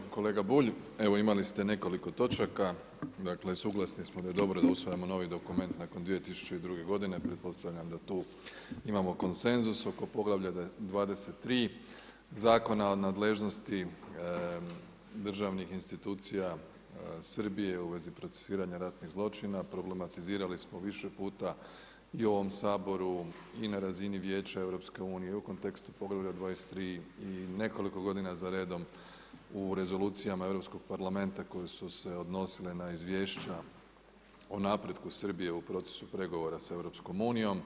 Evo kolega Bulj, imali ste nekoliko točaka, dakle suglasni smo da je dobro da usvajamo novi dokument nakon 2002. godine, pretpostavljam da tu imamo konsenzus oko poglavlja 23, Zakona o nadležnosti državnih institucija Srbije u vezi procesuiranja ratnih zločina, problematizirali smo više puta i u ovom Saboru i na razini Vijeća EU i u kontekstu poglavlja 23 i nekoliko godina za redom u rezolucijama Europskog parlamenta koji su se odnosile na izvješća o napretku Srbije u procesu pregovora za EU.